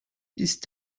ist